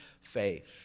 faith